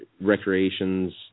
recreation's